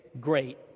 great